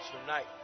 Tonight